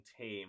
team